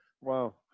Wow